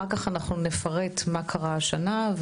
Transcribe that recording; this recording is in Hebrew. אחר כך אנחנו נפרט מה קרה השנה.